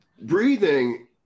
breathing